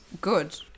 good